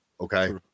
okay